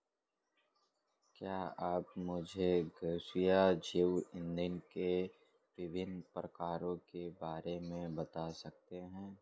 क्या आप मुझे गैसीय जैव इंधन के विभिन्न प्रकारों के बारे में बता सकते हैं?